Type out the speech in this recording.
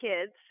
kids